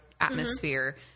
atmosphere